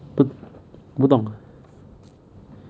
不不懂